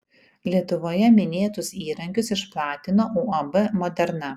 lietuvoje minėtus įrankius išplatino uab moderna